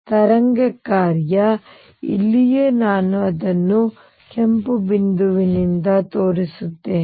ತರಂಗ ಕಾರ್ಯ ಇಲ್ಲಿಯೇ ನಾನು ಅದನ್ನು ಕೆಂಪು ಬಿಂದುವಿನಿಂದ ತೋರಿಸುತ್ತೇನೆ